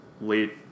late